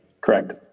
Correct